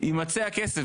יימצא הכסף,